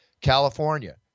California